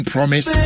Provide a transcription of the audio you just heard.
Promise